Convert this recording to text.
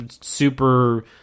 super